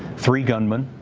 three gunmen,